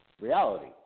Reality